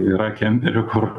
yra kemperių kur